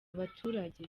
abaturage